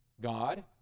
God